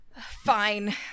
Fine